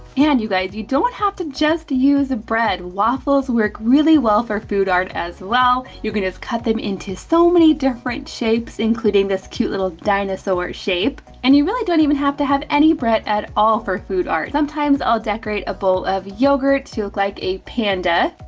and you guys you don't have to just use bread, waffles work really well for food art as well. you're gonna cut them into so many different shapes, including this cute little dinosaur shape. and you really don't even have to have any bread at all for food art. sometimes i'll decorate a bowl of yogurt, to look like a panda.